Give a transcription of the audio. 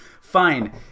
Fine